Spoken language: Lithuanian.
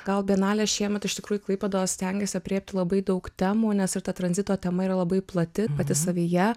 gal bienalė šiemet iš tikrųjų klaipėdos stengiasi aprėpti labai daug temų nes ir ta tranzito tema yra labai plati pati savyje